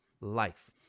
life